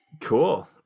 Cool